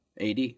AD